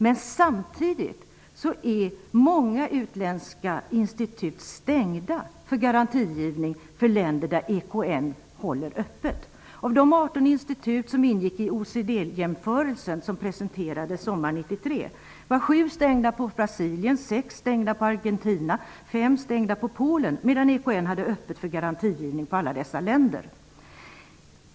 Men samtidigt är många utländska institut stängda för garantigivning för länder där EKN håller öppet. Av de 18 institut som ingick i OECD-jämförelsen som presenterades sommaren 1993 var sju stängda på Brasilien, sex stängda på Argentina och fem stängda på Polen, medan EKN hade öppet för garantigivning på alla dessa länder.